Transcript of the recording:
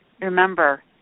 Remember